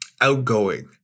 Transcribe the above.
outgoing